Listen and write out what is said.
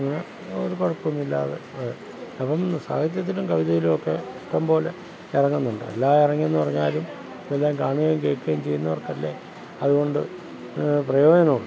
പിന്നെ ഒരു കുഴപ്പം ഒന്നുമില്ലാതെ അപ്പം സാഹിത്യത്തിലും കവിതയിലും ഒക്കെ ഇഷ്ടംപോലെ ഇറങ്ങുന്നുണ്ട് എല്ലാം ഇറങ്ങി എന്ന് പറഞ്ഞാലും ഇതൊക്കെ കാണുകയും കേൾക്കുകയും ചെയ്യുന്നവർക്കല്ലേ അതുകൊണ്ട് പ്രയോജനം ഉള്ളൂ